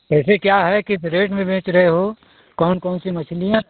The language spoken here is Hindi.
कैसे क्या हैं किस रेट में बेच रहे हो कौन कौन सी मछलियाँ